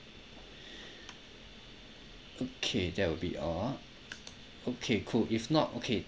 okay that will be all okay cool if not okay